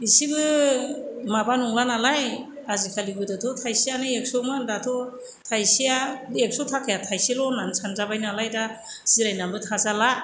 एसेबो माबा नंला नालाय आजिखालिथ' गोदोथ' थाइसेयानो एकस' मोन दाथ' थाइसे आ एकस' थाखाया थाइसेल' होननानै सानजाबाय नालाय दा जिरायनानैबो थाजाला